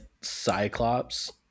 Cyclops